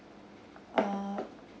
uh